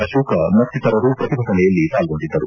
ಅಶೋಕ್ ಮತ್ತಿತರರು ಪ್ರತಿಭಟನೆಯಲ್ಲಿ ಪಾಲ್ಗೊಂಡಿದ್ದರು